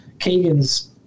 Kagan's